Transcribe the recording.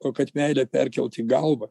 o kad meilę perkelt į galvą